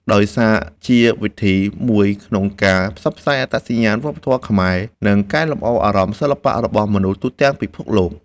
ដោយក្លាយជាវិធីសាស្រ្តមួយក្នុងការផ្សព្វផ្សាយអត្តសញ្ញាណវប្បធម៌ខ្មែរ និងកែលម្អអារម្មណ៍សិល្បៈរបស់មនុស្សទូទាំងពិភពលោក។